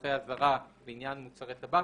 לנוסחי אזהרה בעניין מוצרי טבק.